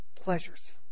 Pleasures